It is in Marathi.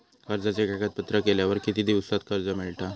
कर्जाचे कागदपत्र केल्यावर किती दिवसात कर्ज मिळता?